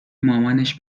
مامانش